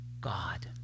God